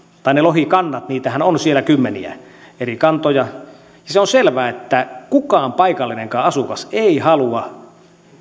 tai ne lohikannat niitähän on siellä kymmeniä eri kantoja se on selvää että kukaan paikallinenkaan asukas ei halua